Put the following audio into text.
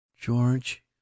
george